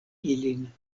ilin